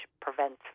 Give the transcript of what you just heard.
prevents